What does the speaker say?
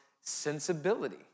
sensibility